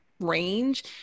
range